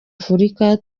afurika